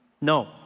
No